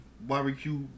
Barbecue